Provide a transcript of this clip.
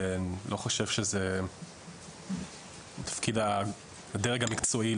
ואני לא חושב שלהכריע זה תפקידו של הדרג המקצועי,